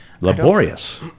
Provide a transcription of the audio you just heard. laborious